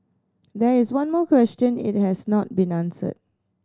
that is one more question it has not be answered